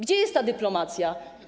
Gdzie jest ta dyplomacja?